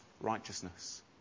righteousness